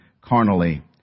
carnally